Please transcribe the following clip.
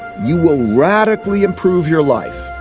you will radically improve your life.